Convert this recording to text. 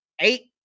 eight